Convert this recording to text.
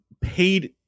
paid